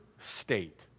state